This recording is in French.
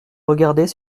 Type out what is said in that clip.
regardait